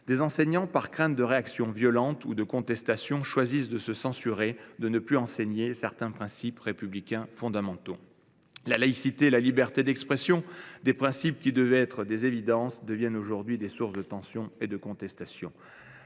des enseignants, par crainte de réactions violentes ou de contestations, choisissent de se censurer et donc de ne plus enseigner certains principes républicains fondamentaux. La laïcité et la liberté d’expression, des principes qui devraient être des évidences, deviennent des sources de tension et de contestation.